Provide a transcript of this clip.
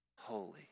holy